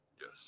Yes